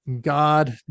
God